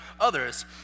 others